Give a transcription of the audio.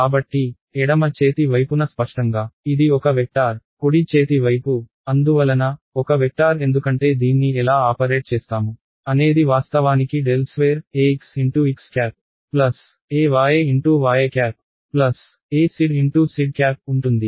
కాబట్టి ఎడమ చేతి వైపున స్పష్టంగా ఇది ఒక వెక్టార్ కుడి చేతి వైపు అందువలన ఒక వెక్టార్ ఎందుకంటే దీన్ని ఎలా ఆపరేట్ చేస్తాము అనేది వాస్తవానికి ∇2EXXEYYEZZ ఉంటుంది